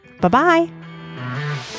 Bye-bye